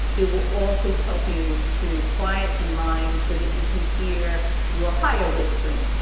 it will also help you to quiet the mind so that you can hear your higher wisdom,